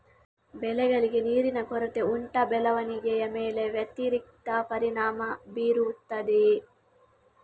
ಬೆಳೆಗಳಿಗೆ ನೀರಿನ ಕೊರತೆ ಉಂಟಾ ಬೆಳವಣಿಗೆಯ ಮೇಲೆ ವ್ಯತಿರಿಕ್ತ ಪರಿಣಾಮಬೀರುತ್ತದೆಯೇ?